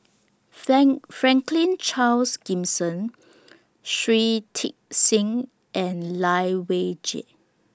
Frank Franklin Charles Gimson Shui Tit Sing and Lai Weijie